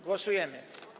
Głosujemy.